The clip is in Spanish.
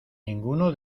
ninguno